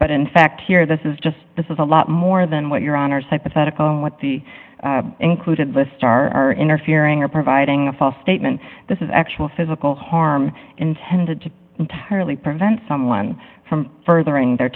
but in fact here this is just this is a lot more than what your honour's hypothetical what the included list are interfering or providing a false statement this is actual physical harm intended to entirely prevent someone from furthering their